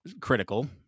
critical